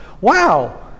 wow